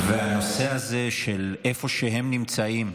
הנושא הזה, איפה הם נמצאים,